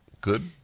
good